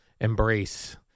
embrace